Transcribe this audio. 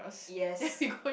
yes